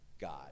God